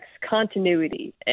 continuity